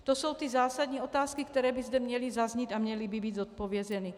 To jsou ty zásadní otázky, které by zde měly zaznít a měly by být zodpovězeny.